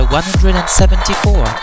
174